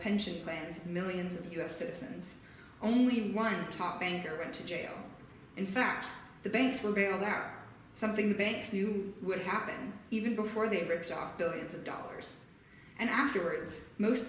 pension plans millions of us citizens only one top banker to jail in fact the banks were bailed out something the banks knew would happen even before they ripped off billions of dollars and afterwards most